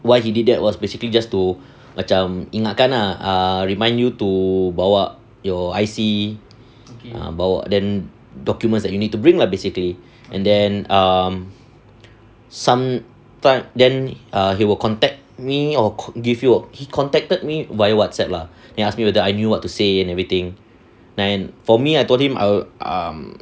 why he did that was basically just to macam ingatkan err remind you to bawa your I_C err bawa then documents that you need to bring lah basically and then um some time then err he will contact me or give you a he contacted me via WhatsApp lah he ask me whether I knew what to say and everything then for me I told him I um